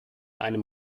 einem